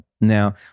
Now